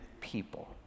people